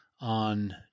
on